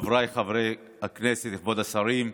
חבריי חברי הכנסת, כבוד השרים,